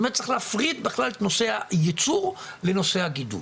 זאת אומרת צריך בכלל להפריד את הנושא של הייצר מנושא הגידול.